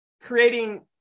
creating